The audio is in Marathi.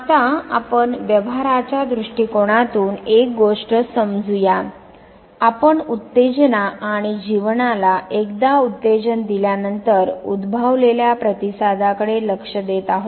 आता आपण व्यवहाराच्या दृष्टिकोनातून एक गोष्ट समजू या आपण उत्तेजना आणि जीवनाला एकदा उत्तेजन दिल्यानंतर उद्भवलेल्या प्रतिसादा कडे लक्ष देत आहोत